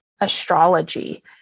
Astrology